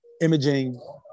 imaging